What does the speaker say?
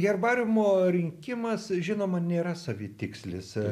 herbariumo rinkimas žinoma nėra savitikslis